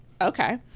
Okay